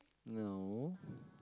no